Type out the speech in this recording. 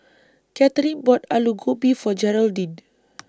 Katherine bought Alu Gobi For Geraldine